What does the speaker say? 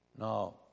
Now